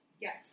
Yes